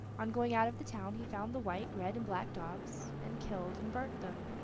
on going out of the town he found the white, red, and black dogs, and killed and burnt them,